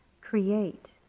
create